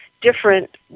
different